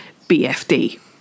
BFD